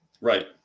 Right